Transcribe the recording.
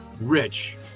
rich